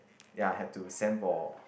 ya have to send for